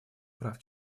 прав